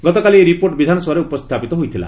ଗତକାଲି ଏହି ରିପୋର୍ଟ ବିଧାନସଭାରେ ଉପସ୍ଥାପିତ ହୋଇଥିଲା